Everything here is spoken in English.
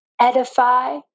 edify